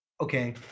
Okay